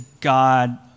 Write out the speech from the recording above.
God